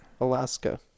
Alaska